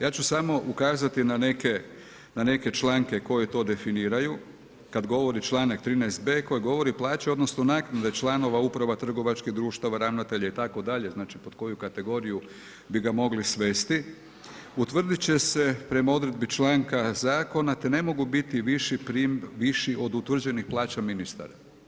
Ja ću samo ukazati na neke članke koji to definiraju, kad govori članak 13. b, koji govori plaća odnosno naknade članova uprava trgovačkih društava, ravnatelja itd., znači pod koji kategoriju bi ga mogli svesti, utvrdit će se prema odredbi članka zakona te ne mogu biti viši od utvrđenih plaća ministara.